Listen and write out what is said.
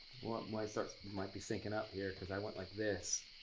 might sort of might be syncing up here, because i went like this,